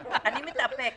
אני מתאפקת.